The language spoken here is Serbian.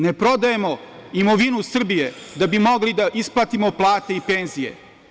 Ne prodajemo imovinu Srbije da bi mogli da isplatimo plate i penzije.